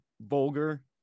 vulgar